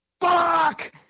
fuck